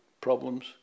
problems